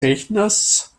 rechners